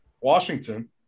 Washington